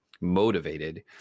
motivated